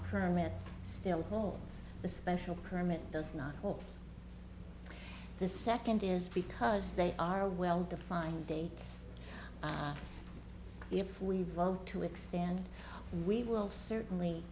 permit still holds the special permit does not hold the second is because they are well defined date if we vote to extend we will certainly